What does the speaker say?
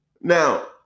Now